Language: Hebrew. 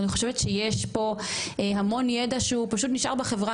אני חושבת שיש פה המון ידע שהוא פשוט נשאר בחברה